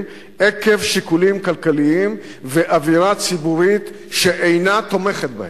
עקב שיקולים כלכליים ואווירה ציבורית שאינה תומכת בהם.